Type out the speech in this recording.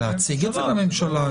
לפחות להציג את זה בממשלה.